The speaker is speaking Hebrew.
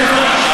לא היה נומרטור.